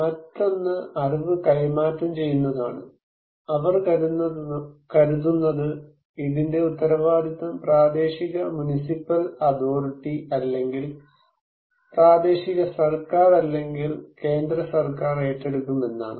മറ്റൊന്ന് അറിവ് കൈമാറ്റം ചെയ്യുന്നതാണ് അവർ കരുതുന്നത് ഇതിൻറെ ഉത്തരവാദിത്വം പ്രാദേശിക മുനിസിപ്പൽ അതോറിറ്റി അല്ലെങ്കിൽ പ്രാദേശിക സർക്കാർ അല്ലെങ്കിൽ കേന്ദ്രസർക്കാർ ഏറ്റെടുക്കും എന്നാണ്